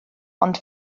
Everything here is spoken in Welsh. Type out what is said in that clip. ond